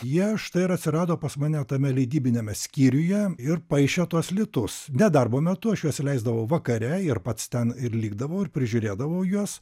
jie štai ir atsirado pas mane tame leidybiniame skyriuje ir paišė tuos litus nedarbo metu aš juos įleisdavau vakare ir pats ten ir likdavau ir prižiūrėdavau juos